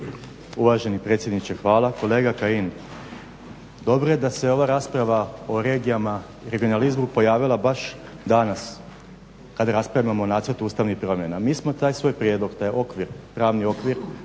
uvaženi predsjedniče hvala. Kolega Kajin, dobro je da se ova rasprava o regijama i regionalizmu pojavila baš danas kada raspravljamo o nacrtu ustavnih promjena. Mi smo taj svoj prijedlog taj okvir, pravni okvir